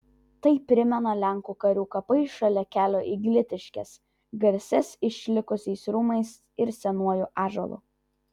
tai primena lenkų karių kapai šalia kelio į glitiškes garsias išlikusiais rūmais ir senuoju ąžuolu